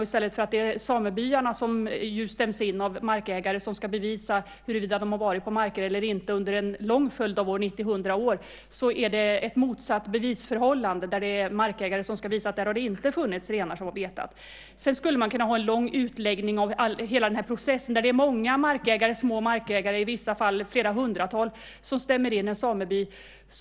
I stället för att det är samebyarna, som ju stäms av markägare, som ska bevisa huruvida de har varit på marker eller inte under en lång följd av år, 90-100år, är det ett motsatt bevisförhållande där det är markägare som ska visa att där har det inte funnits renar som har betat. Sedan skulle man kunna ha en lång utläggning om hela den här processen där det är många små markägare, i vissa fall flera hundratal, som stämmer in en sameby.